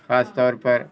خاص طور پر